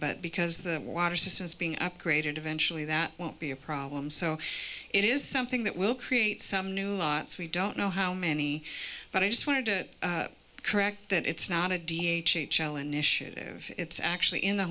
but because the water system is being upgraded eventually that won't be a problem so it is something that will create some new lots we don't know how many but i just wanted to correct that it's not a d h h l initiative it's actually in the